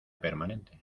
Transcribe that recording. permanente